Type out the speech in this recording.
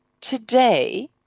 today